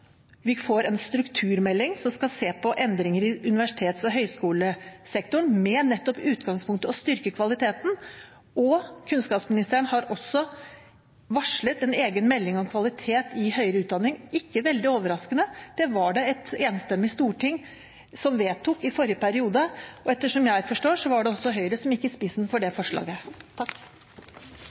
Vi får en strukturmelding som skal se på endringer i universitets- og høyskolesektoren, med nettopp det utgangspunkt å styrke kvaliteten. Kunnskapsministeren har også varslet en egen melding om kvalitet i høyere utdanning – ikke veldig overraskende; det var det et enstemmig storting som vedtok i forrige periode. Etter hva jeg forstår, var det også Høyre som gikk i spissen for det forslaget. Jeg vil først si tusen takk